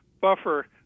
buffer